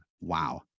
Wow